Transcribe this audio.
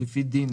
לפי דין,